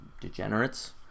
degenerates